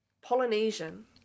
Polynesian